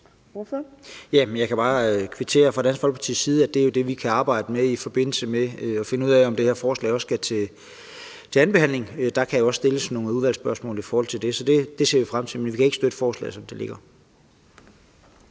Jeg kan bare kvittere fra Dansk Folkepartis side og sige, at det jo er det, vi kan arbejde med i forbindelse med at finde ud af, om det her forslag også skal til anden behandling. Der kan jo også stilles nogle udvalgsspørgsmål i forhold til det. Så det ser vi frem til, men vi kan ikke støtte forslaget, som det ligger.